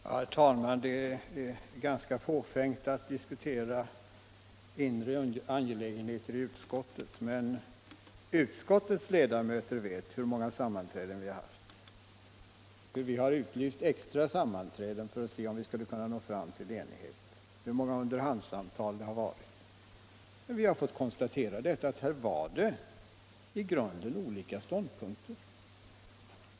Herr talman! Det är ganska fåfängt att diskutera inre angelägenheter i utskottet. Men utskottets ledamöter vet hur många sammanträden vi har haft, hur vi har utlyst extra sammanträden för att se om vi skulle kunna nå fram till enighet och hur många underhandssamtal det har varit. Men vi har fått konstatera att här var det i grunden olika ståndpunkter.